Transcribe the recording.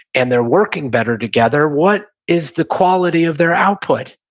and they're working better together. what is the quality of their output?